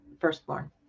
firstborn